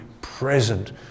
present